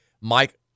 Mike